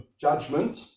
judgment